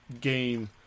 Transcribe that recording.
game